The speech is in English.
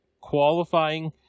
qualifying